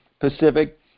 Pacific